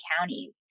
counties